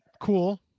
Cool